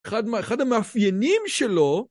אחד המאפיינים שלו